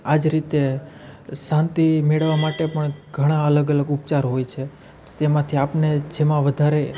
આ જ રીતે શાંતિ મેળવવા માટે પણ ઘણા અલગ અલગ ઉપચાર હોય છે તો તેમાંથી આપને જેમાં વધારે